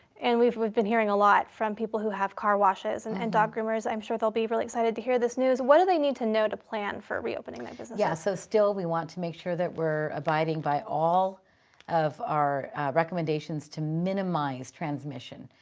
and we've we've been hearing a lot from people who have car washes and and dog groomers. i'm sure they'll be really excited to hear this news. what do they need to know to plan for reopening their business? yeah so still we want to make sure that we're abiding by all of our recommendations to minimize transmission.